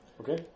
Okay